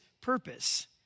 purpose